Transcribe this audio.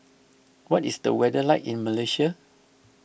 what is the weather like in Malaysia